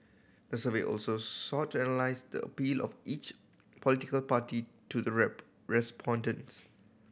the survey also sought to analyse the appeal of each political party to the respondents